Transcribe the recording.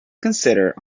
considered